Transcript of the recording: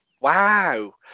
wow